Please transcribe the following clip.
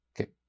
Okay